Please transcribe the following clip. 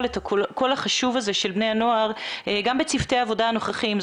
את הקול החשוב הזה של בני הנוער גם בצוותי העבודה הנוכחיים.